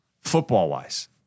Football-wise